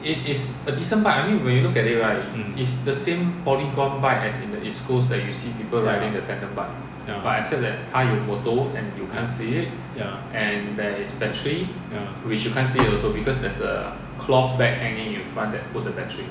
mm ya ya ya